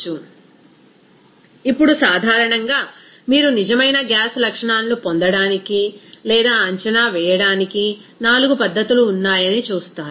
refer slide time 0905 ఇప్పుడు సాధారణంగా మీరు నిజమైన గ్యాస్ లక్షణాలను పొందడానికి లేదా అంచనా వేయడానికి 4 పద్ధతులు ఉన్నాయని చూస్తారు